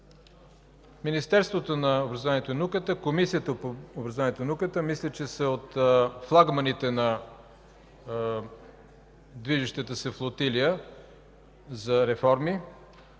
Министерството на образованието и науката, Комисията по образованието и науката, мисля, че са от флагманите на движещата се флотилия за реформи.